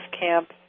camps